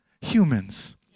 humans